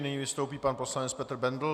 Nyní vystoupí pan poslanec Petr Bendl.